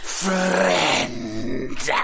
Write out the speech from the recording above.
friend